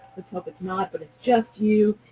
let's hope it's not, but it's just you,